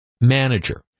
manager